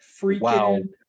freaking